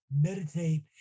meditate